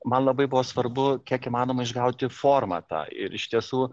man labai buvo svarbu kiek įmanoma išgauti formą tą ir iš tiesų